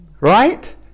right